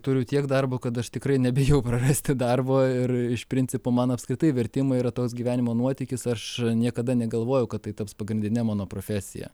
turiu tiek darbo kad aš tikrai nebijau prarasti darbo ir iš principo man apskritai vertimai yra toks gyvenimo nuotykis aš niekada negalvojau kad tai taps pagrindine mano profesija